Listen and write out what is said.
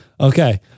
Okay